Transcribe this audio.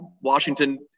Washington